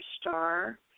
star